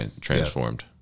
transformed